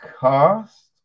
cast